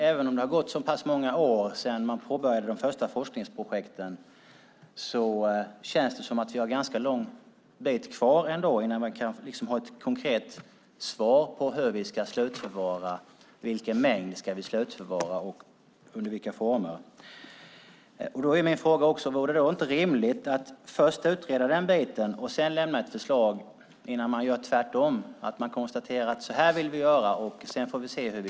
Även om det har gått många år sedan man påbörjade de första forskningsprojekten känns det som om vi har en ganska lång bit kvar innan vi kan ha ett konkret svar på hur vi ska slutförvara, vilken mängd vi ska slutförvara och under vilka former. Vore det inte rimligt att först utreda detta och sedan lämna ett förslag i stället för att göra tvärtom?